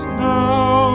now